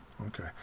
Okay